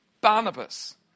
Barnabas